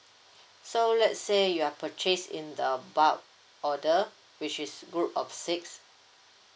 so let's say you're purchase in the bulk order which is group of six